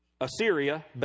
Assyria